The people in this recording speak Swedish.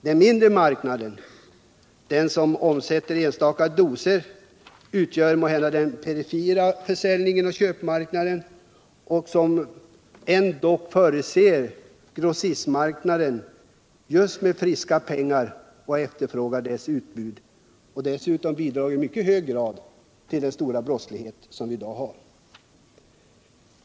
Den mindre marknaden, den som omsätter enstaka doser, utgör den perifera säljoch köpmarknaden, men den förser ändå grossistmarknaden med friska pengar och efterfrågar dess utbud. Dessutom bidrar den i mycket hög grad till den stora brottslighet som vi i dag har.